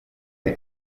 der